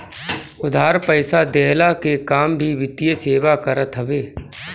उधार पईसा देहला के काम भी वित्तीय सेवा करत हवे